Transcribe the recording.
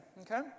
okay